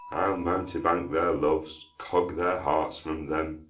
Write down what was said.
mountebank their loves, cog their hearts from them,